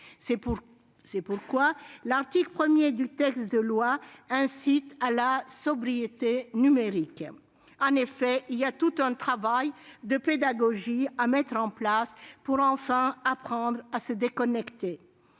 C'est pourquoi l'article 1 du texte incite à la sobriété numérique. En effet, un travail de pédagogie doit être mis en place pour enfin apprendre à se déconnecter.